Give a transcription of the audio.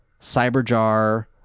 Cyberjar